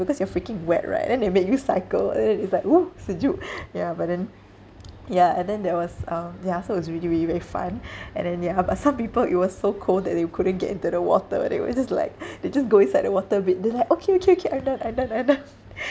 because you're freaking wet right then they make you cycle and then it's like !woo! sejuk ya but then ya and then there was um ya so it's really really very fun and then ya but some people it was so cold that they couldn't get into the water where they were just like they just go inside the water a bit they're like okay okay okay I'm done I'm done I'm done